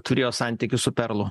turėjo santykius su perlu